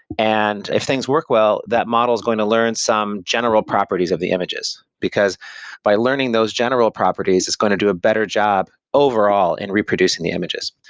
and if things work well, that model is going to learn some general properties of the images, because by learning those general properties, it's going to do a better job overall in reproducing the images.